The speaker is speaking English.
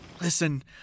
Listen